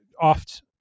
oft